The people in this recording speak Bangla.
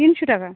তিনশো টাকা